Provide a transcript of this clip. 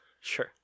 Sure